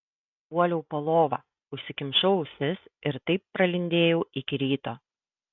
puoliau po lova užsikimšau ausis ir taip pralindėjau iki ryto